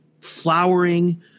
flowering